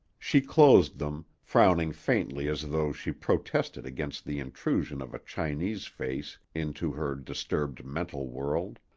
she closed them, frowning faintly as though she protested against the intrusion of a chinese face into her disturbed mental world.